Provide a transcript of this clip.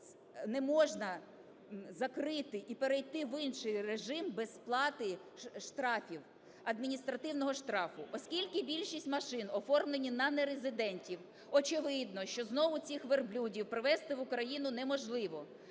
не можна закрити і перейти в інший режим без сплати штрафів, адміністративного штрафу. Оскільки більшість машин оформлені на нерезидентів, очевидно, що знову цих "верблюдів" привезти в Україну неможливо,